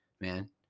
man